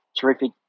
terrific